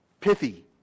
Pithy